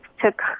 took